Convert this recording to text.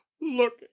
look